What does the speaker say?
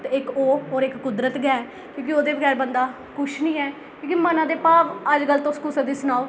ते इक ओह् और इक कुदरत गै की जे ओह्दे बगैर बंदा किश निं ऐ की जे मनै दे भाव अजकल तुस कुसै गी सनाओ